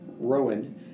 Rowan